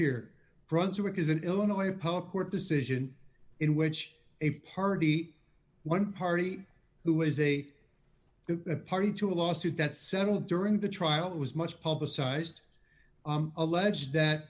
here brunswick is an illinois court decision in which a party one party who is a party to a lawsuit that settled during the trial it was much publicized allege that